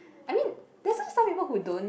I mean that's why some people who don't